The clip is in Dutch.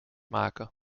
maken